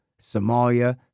Somalia